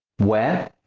where,